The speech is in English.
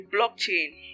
blockchain